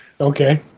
Okay